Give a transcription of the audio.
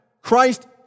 Christ